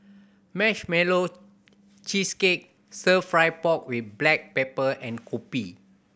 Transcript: Marshmallow Cheesecake Stir Fry pork with black pepper and kopi